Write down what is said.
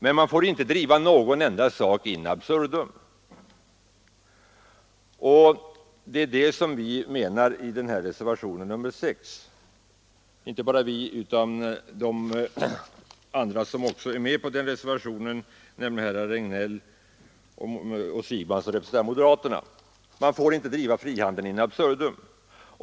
Men man får inte driva någon enda sak in absurdum, och vi menar i reservationen 6 — inte bara vi utan också de andra som är med på reservationen, nämligen herrar Regnéll och Siegbahn, som representerar moderaterna — att man inte heller får driva frihandeln in absurdum.